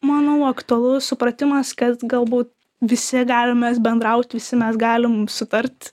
manau aktualu supratimas kad galbūt visi galim mes bendraut visi mes galim sutart